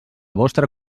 vostra